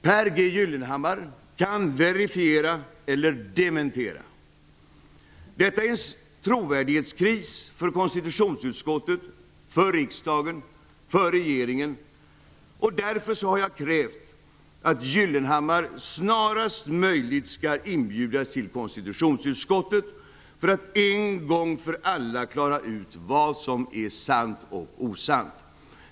Pehr G. Gyllenhammar kan verifiera eller dementera detta. Detta är en trovärdighetskris för konstitutionsutskottet, för riksdagen och för regeringen. Därför har jag krävt att Gyllenhammar snarast möjligt skall inbjudas till konstitutionsutskottet för att en gång för alla klara ut vad som är sant och osant.